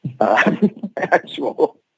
actual